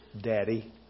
daddy